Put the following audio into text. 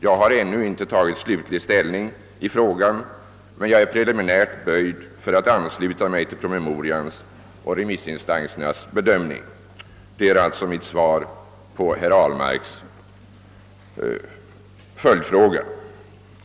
Jag har ännu inte tagit slutlig ställning i frågan, men jag är preliminärt böjd att ansluta mig till promemorians och remissinstansernas bedömning. Detta är alltså mitt svar på herr Ahlmarks följdfråga.